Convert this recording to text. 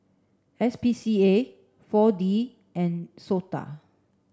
S P C A four D and SOTA